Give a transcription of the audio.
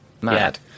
mad